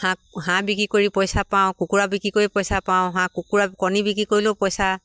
হাঁহ হাঁহ বিক্ৰী কৰি পইচা পাওঁ কুকুৰা বিক্ৰী কৰি পইচা পাওঁ হাঁহ কুকুৰা কণী বিক্ৰী কৰিলেও পইচা